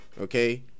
Okay